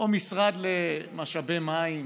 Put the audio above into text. או משרד למשאבי מים,